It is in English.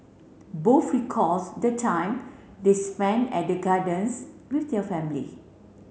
both recalls the time they spent at the gardens with their family